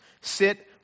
Sit